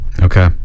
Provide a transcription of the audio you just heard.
Okay